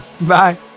Bye